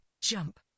jump